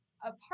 apart